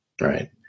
right